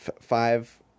five